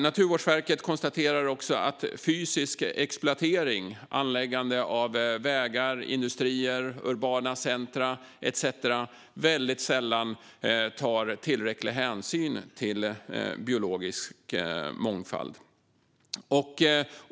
Naturvårdsverket konstaterar också att fysisk exploatering - anläggande av vägar, industrier, urbana centrum etcetera - väldigt sällan tar tillräcklig hänsyn till biologisk mångfald.